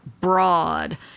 broad